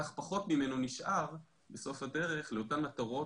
כך פחות ממנו נשאר בסוף הדרך לאותן מטרות